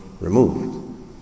removed